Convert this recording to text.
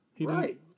Right